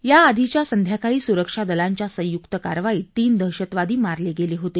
या आधीच्या संध्याकाळी सुरक्षा दलांच्या संयुक्त कारवाईत तीन दहशतवादी मारले गेले होते